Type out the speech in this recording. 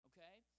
Okay